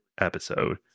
episode